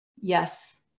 Yes